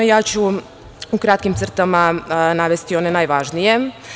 Ja ću u kratkim crtama navesti one najvažnije.